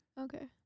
Okay